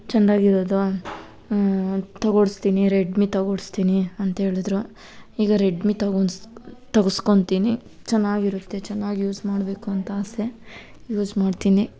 ಚಂದಾಗಿರೋದು ತೊಗೊಡ್ಸ್ತೀನಿ ರೆಡ್ಮಿ ತೊಗೊಡ್ಸ್ತೀನಿ ಅಂತ ಹೇಳಿದ್ರು ಈಗ ರೆಡ್ಮಿ ತೊಗೋನ್ಸ್ ತಗ್ಸ್ಕೊಂತೀನಿ ಚೆನ್ನಾಗಿರುತ್ತೆ ಚೆನ್ನಾಗಿ ಯೂಸ್ ಮಾಡಬೇಕು ಅಂತ ಆಸೆ ಯೂಸ್ ಮಾಡ್ತೀನಿ